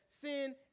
sin